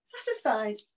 satisfied